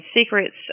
secrets